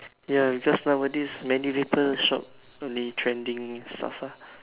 ya because nowadays many people shop only trending stuff ah